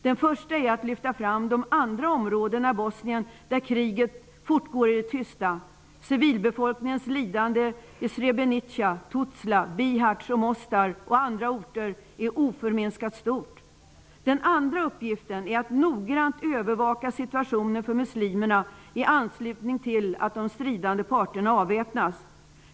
Den första är att lyfta fram de andra områden i Bosnien där kriget fortgår i det tysta. Civilbefolkningens lidande i Srebrenica, Tuzla, Bihac, Mostar och andra orter är oförminskat stort. Den andra uppgiften är att noggrant övervaka situationen för muslimerna i anslutning till att de stridande parterna avväpnas.